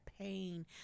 pain